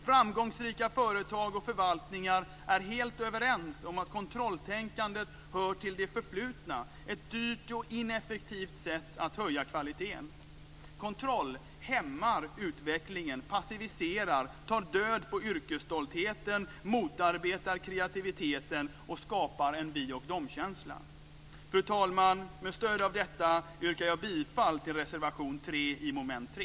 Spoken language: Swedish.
Framgångsrika företag och förvaltningar är helt överens om att kontrolltänkandet hör till det förflutna, ett dyrt och ineffektivt sätt att höja kvaliteten. Kontroll hämmar utvecklingen, passiviserar, tar död på yrkesstoltheten, motarbetar kreativiteten och skapar 'vi och de-känsla'." Fru talman! Med stöd av detta yrkar jag bifall till reservation 3 under mom. 3